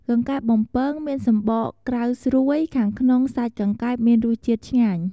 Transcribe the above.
កង្កែបបំពងមានសំបកក្រៅស្រួយ ខាងក្នុងសាច់កង្កែបមានរសជាតិឆ្ងាញ់។